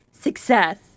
Success